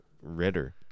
Ritter